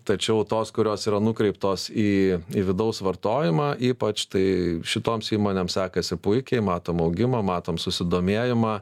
tačiau tos kurios yra nukreiptos į į vidaus vartojimą ypač tai šitoms įmonėms sekasi puikiai matom augimą matom susidomėjimą